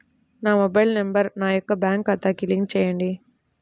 నా mobile number నా యొక్క బ్యాంక్ ఖాతాకి లింక్ చేయండీ?